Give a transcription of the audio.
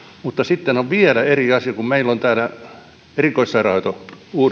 mutta sitten on vielä eri asia kun meillä on täällä koko sote uudistus erityissairaanhoito